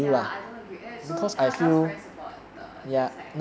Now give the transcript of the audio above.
ya I don't agree and so 他他 parents support the it's like